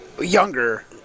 younger